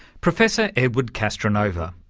professor edward castronova.